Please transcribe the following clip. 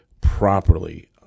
properly